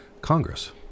Congress